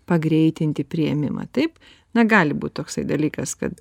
pagreitinti priėmimą taip na gali būt toksai dalykas kad